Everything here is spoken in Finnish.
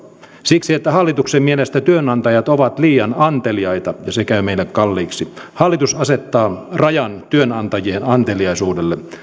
siksi että hallituksen mielestä työnantajat ovat liian anteliaita ja se käy meille kalliiksi hallitus asettaa rajan työnantajien anteliaisuudelle